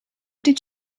did